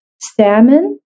salmon